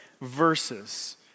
verses